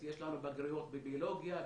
יש לנו בגרויות בביולוגיה,